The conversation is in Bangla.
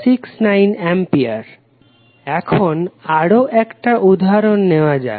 Refer Slide Time 0310 এখন আরও একটা উদাহরণ নেওয়া যাক